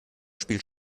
spielt